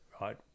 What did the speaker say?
right